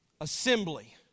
assembly